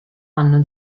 anno